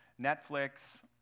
Netflix